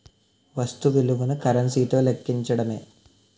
వస్తు విలువను కరెన్సీ తో లెక్కించడమే